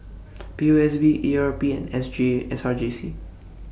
P O S B E R P S G S R J C